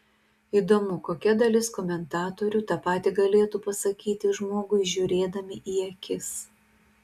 įdomu kokia dalis komentatorių tą patį galėtų pasakyti žmogui žiūrėdami į akis